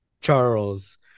Charles